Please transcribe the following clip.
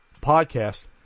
podcast